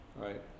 right